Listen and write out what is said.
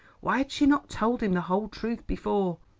why had she not told him the whole truth before?